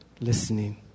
Listening